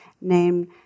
named